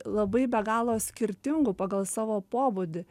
labai be galo skirtingų pagal savo pobūdį